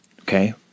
Okay